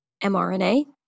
mRNA